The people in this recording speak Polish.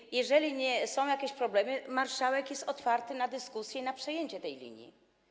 I jeżeli są jakieś problemy, marszałek jest otwarty na dyskusję, na przejęcie tej linii.